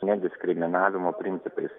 nediskriminavimo principais